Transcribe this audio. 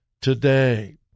today